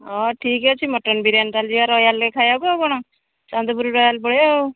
ଠିକ୍ ଅଛି ମଟନ୍ ବିରିୟାନି ତା'ହେଲେ ଯିବା ରୟାଲ୍ରେ ଖାଇଆକୁ ଆଉ କ'ଣ ଚାନ୍ଦପୁର ରୟାଲ୍ ପଳେଇବା ଆଉ